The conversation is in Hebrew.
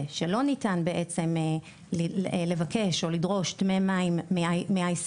שלא ניתן בעצם לבקש או לדרוש דמי מים מ-ICL,